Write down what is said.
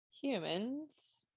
humans